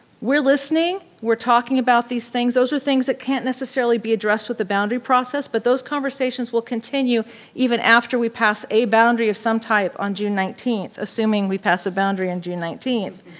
we're listening, we're talking about these things. those are things that can't necessarily be addressed with the boundary process but those conversations will continue even after we pass a boundary of some type on june nineteenth, assuming we pass a boundary on june nineteenth.